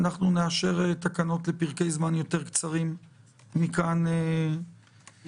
אנחנו נאשר תקנות לפרקי זמן יותר קצרים מכאן להבא.